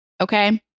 okay